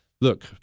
Look